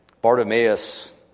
Bartimaeus